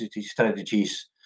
strategies